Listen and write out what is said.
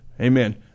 amen